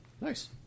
nice